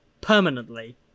permanently